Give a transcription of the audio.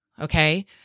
okay